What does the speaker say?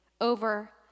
over